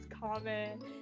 comment